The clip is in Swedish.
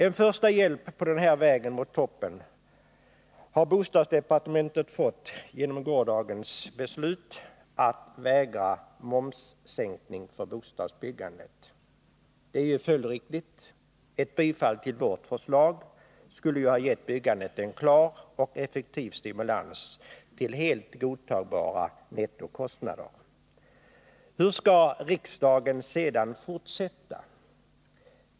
En första hjälp på den här vägen mot toppen har bostadsdepartementet fått genom gårdagens riksdagsbeslut att vägra en momssänkning för bostadsbyggandet. Det är ju följdriktigt — ett bifall till vårt förslag skulle ha gett byggandet en klar och effektiv stimulans till helt godtagbara nettokostnader. Hur skall riksdagen sedan fortsätta?